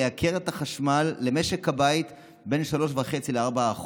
לייקר את החשמל למשק הבית בין 3.5% ל-4%,